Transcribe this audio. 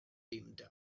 teamed